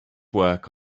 work